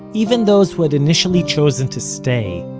even those who had initially chosen to stay,